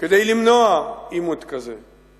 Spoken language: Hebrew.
כדי למנוע עימות כזה.